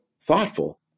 thoughtful